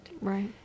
Right